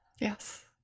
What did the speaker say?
Yes